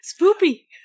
Spoopy